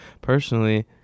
personally